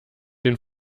den